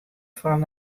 fan